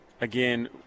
again –